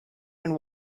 and